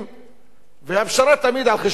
והפשרה תמיד על חשבון הפלסטינים.